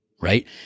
right